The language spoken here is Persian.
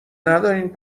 ندارین